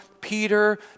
peter